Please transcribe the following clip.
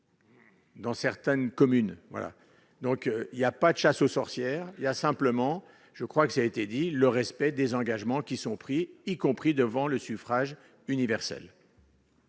Dans certaines communes, voilà donc il y a pas de chasse aux sorcières, il y a simplement, je crois que ça a été dit, le respect des engagements qui sont pris, y compris devant le suffrage universel.